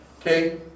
okay